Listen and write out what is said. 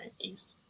east